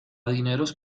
dineros